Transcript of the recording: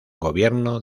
gobierno